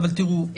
תראו,